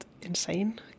Insane